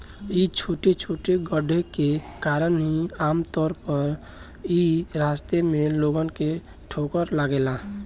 इ छोटे छोटे गड्ढे के कारण ही आमतौर पर इ रास्ता में लोगन के ठोकर लागेला